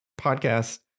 podcast